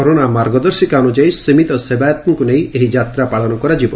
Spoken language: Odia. କରୋନା ମାର୍ଗଦର୍ଶିକା ଅନୁଯାୟୀ ସୀମିତ ସେବାୟତଙ୍କୁ ନେଇ ଏହି ଯାତ୍ରା ପାଳନ କରାଯିବ